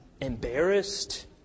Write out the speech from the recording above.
embarrassed